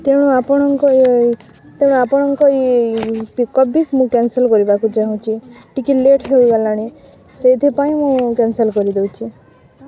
ତେଣୁ ଆପଣଙ୍କ ତେଣୁ ଆପଣଙ୍କ ଏଇ ପିକଅପ୍ ବି ମୁଁ କ୍ୟାନ୍ସଲ୍ କରିବାକୁ ଚାହୁଁଚି ଟିକେ ଲେଟ୍ ହୋଇଗଲାଣି ସେଇଥିପାଇଁ ମୁଁ କ୍ୟାନ୍ସଲ୍ କରିଦେଉଛି